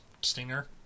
Stinger